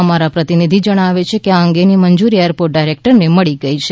અમારા પ્રતિનિધિ જણાવે છે કે આ અંગે ની મંજૂરી એરપોર્ટ ડાયરેકટર ને મળી ગઈ છે